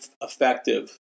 effective